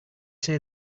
say